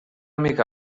mica